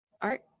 art